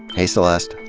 hey, celeste.